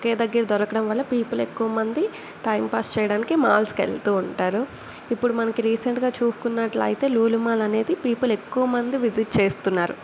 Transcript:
ఒక దగ్గర దొరకడం వల్ల పీపుల్ ఎక్కువ మంది టైంపాస్ చేయడానికి మాల్స్కు వెళుతు ఉంటారు ఇప్పుడు మనకు రీసెంట్గా చూసుకున్నట్టు అయితే లులు మాల్ అనేది పీపుల్ ఎక్కువ మంది విజిట్ చేస్తున్నారు